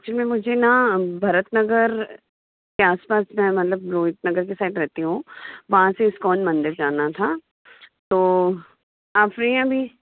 actually मुझे ना भरत नगर के आस पास में मतलब रोहित नगर के साइड रहती हूँ वहाँ से इस्कॉन मंदिर जाना था तो आप फ़्री है अभी